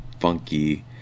funky